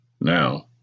Now